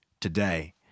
today